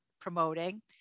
promoting